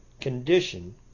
condition